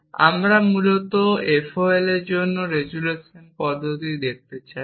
এবং আমরা মূলত F O L এর জন্য রেজোলিউশন পদ্ধতি দেখতে চাই